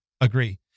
agree